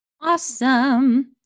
Awesome